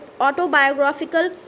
autobiographical